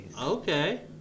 Okay